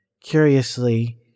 curiously